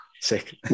Sick